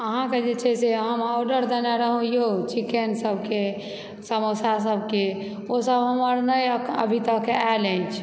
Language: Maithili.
अहाँके जे छै से हम ऑर्डर देने रहहुँ यौ चिकेनसभके समोसासभके ओसभ हमर नहि अखन तक अभी तक आयल अछि